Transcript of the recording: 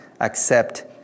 accept